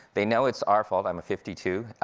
they know it's our fault, i'm fifty two.